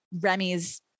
Remy's